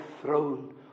throne